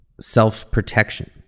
self-protection